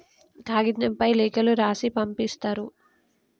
కాగితంపై లేఖలు రాసి పంపిస్తారు